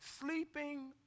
sleeping